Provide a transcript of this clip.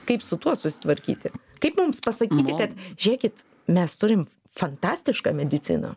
kaip su tuo susitvarkyti kaip mums pasakyti kad žėkit mes turim fantastišką mediciną